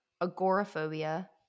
agoraphobia